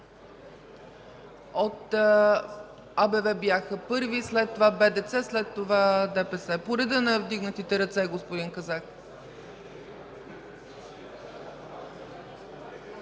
От АБВ бяха първи, след това БДЦ, след това ДПС – по реда на вдигнатите ръце, господин Казак.